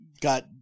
got